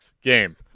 game